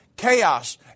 chaos